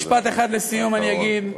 משפט אחד לסיום אני אגיד, אחרון.